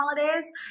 holidays